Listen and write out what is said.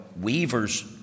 weaver's